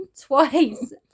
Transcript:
twice